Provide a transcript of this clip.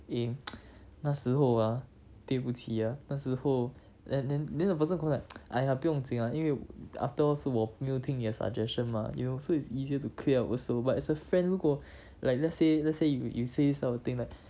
eh 那时候啊对不起啊那时候 and then then the person confirm like !aiya! 不用紧啦因为 after 是我没有听你的 suggestion mah you know so it's easier to clear up also but as a friend 如果 like let's say let's say you you say this type of thing like